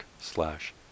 slash